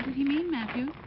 he mean, matthew?